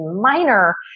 minor